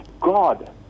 God